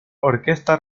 orquesta